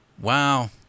Wow